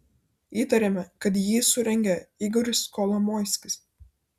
įtariame kad jį surengė igoris kolomoiskis